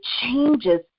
changes